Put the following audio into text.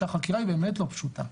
שהחקירה היא באמת לא פשוטה,